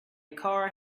card